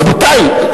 רבותי,